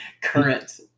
current